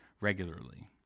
regularly